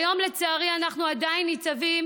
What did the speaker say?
היום, לצערי, אנחנו עדיין ניצבים